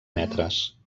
metres